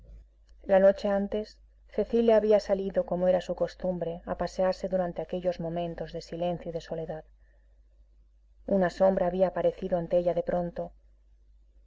la noche antes cecilia había salido como era su costumbre a pasearse durante aquellos momentos de silencio y de soledad una sombra había aparecido ante ella de pronto